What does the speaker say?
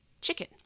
chicken